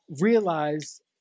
realize